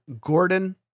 Gordon